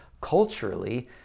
culturally